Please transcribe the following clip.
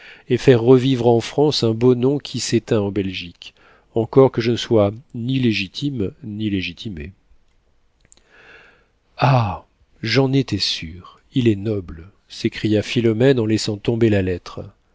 et faire revivre en france un beau nom qui s'éteint en belgique encore que je ne sois ni légitime ni légitimé ah j'en étais sûre il est noble s'écria philomène en laissant tomber la lettre